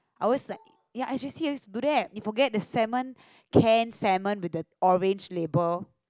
I always like ya in J_C I do that you forget the salmon can salmon with the orange label